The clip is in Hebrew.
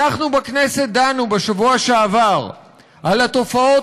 אנחנו בכנסת דנו בשבוע שעבר על התופעות